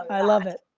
i love it,